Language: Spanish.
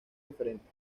diferente